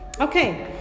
Okay